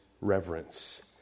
reverence